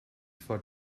for